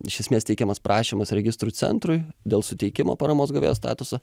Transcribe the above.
iš esmės teikiamas prašymas registrų centrui dėl suteikimo paramos gavėjo statuso